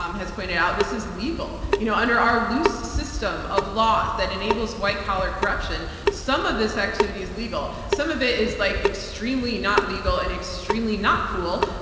um has pointed out, this is legal. you know, under our loose system of laws that enables white collar corruption, some of this activity is legal. some of it is like extremely not legal and extremely not cool.